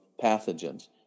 pathogens